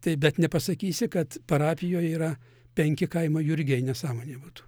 taip bet nepasakysi kad parapijoj yra penki kaimo jurgiai nesąmonė būtų